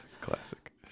Classic